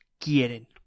quieren